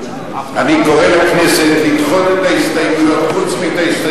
אני קורא לכנסת לדחות את ההסתייגויות,